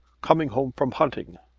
coming home from hunting.